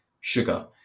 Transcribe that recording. sugar